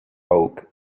oak